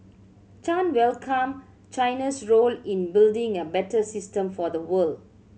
Chan welcomed China's role in building a better system for the world